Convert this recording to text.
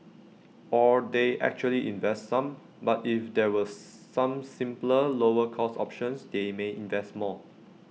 or they actually invest some but if there were some simpler lower cost options they may invest more